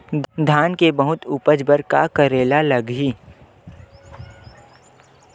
धान के बहुत उपज बर का करेला लगही?